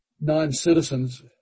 non-citizens